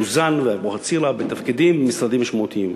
ולאחר מכן את אוזן ואבוחצירא בתפקידים במשרדים משמעותיים.